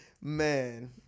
Man